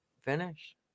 finish